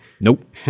Nope